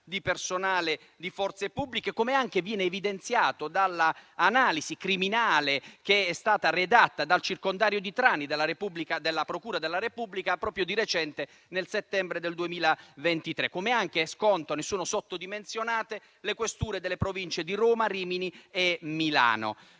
di personale delle forze pubbliche, come viene anche evidenziato dall'analisi criminale redatta dal circondario della procura della Repubblica di Trani proprio di recente, nel settembre del 2023. Come anche sono sottodimensionate le questure delle Province di Roma, Rimini e Milano.